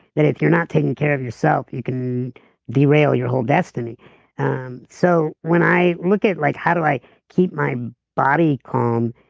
that if you're not taking care of yourself, you can derail your whole destiny um so when i look at like how do i keep my body calm,